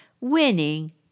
winning